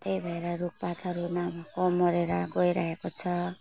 त्यही भएर रुखपातहरू न को मरेर गइरहेको छ